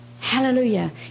Hallelujah